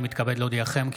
הינני מתכבד להודיעכם,